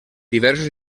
diversos